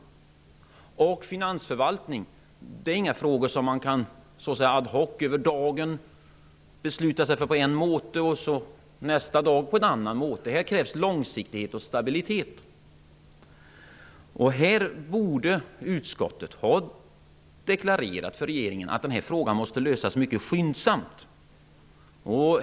Frågorna om finansförvaltning är inga frågor som man ad hoc över dagen kan besluta sig för på en ''måte'' för att nästa dag besluta sig på en annan ''måte''. Här krävs långsiktighet och stabilitet. Utskottet borde ha deklarerat för regeringen att denna fråga måste lösas mycket skyndsamt.